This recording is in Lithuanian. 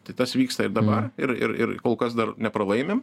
tai tas vyksta ir dabar ir ir ir kol kas dar nepralaimim